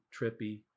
Trippy